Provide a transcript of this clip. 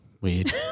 Weird